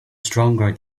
stronger